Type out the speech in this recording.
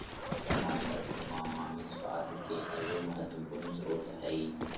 टमाटर उमामी स्वाद के एगो महत्वपूर्ण स्रोत हइ